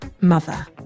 mother